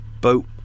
boat